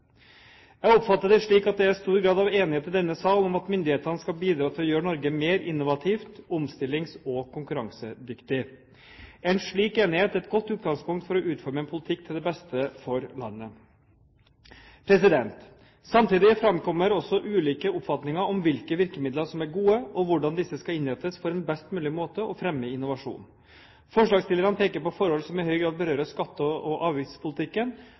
Jeg oppfatter det slik at det er stor grad av enighet i denne sal om at myndighetene skal bidra til å gjøre Norge mer innovativt, mer omstillings- og konkurransedyktig. En slik enighet er et godt utgangspunkt for å utforme en politikk til beste for landet. Samtidig framkommer det også ulike oppfatninger om hvilke virkemidler som er gode, og hvordan disse skal innrettes for på en best mulig måte å fremme innovasjon. Forslagsstillerne peker på forhold som i høy grad berører skatte- og avgiftspolitikken,